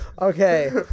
Okay